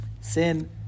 Sin